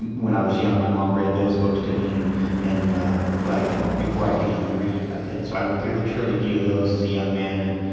and when i was young, my mom read those books to me and and like before i could even read, and so i went through the trilogy of those as a young man and,